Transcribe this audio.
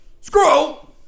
Scroll